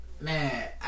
Man